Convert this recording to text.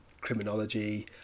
criminology